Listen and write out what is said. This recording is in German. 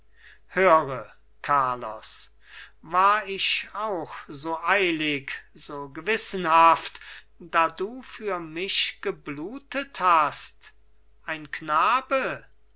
höre carlos war ich auch so eilig so gewissenhaft da du für mich geblutet hast ein knabe